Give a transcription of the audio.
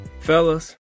Fellas